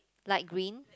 light green